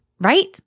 right